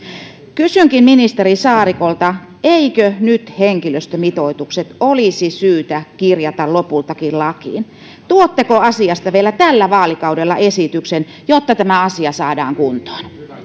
kysynkin ministeri saarikolta eikö henkilöstömitoitukset olisi nyt syytä kirjata lopultakin lakiin tuotteko asiasta vielä tällä vaalikaudella esityksen jotta tämä asia saadaan kuntoon